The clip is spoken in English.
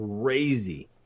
crazy